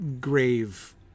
grave